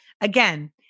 again